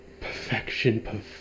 perfection